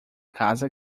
casa